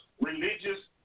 religious